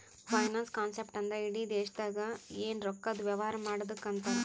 finance concept ಅಂದ್ರ ಇಡಿ ದೇಶ್ದಾಗ್ ಎನ್ ರೊಕ್ಕಾದು ವ್ಯವಾರ ಮಾಡದ್ದುಕ್ ಅಂತಾರ್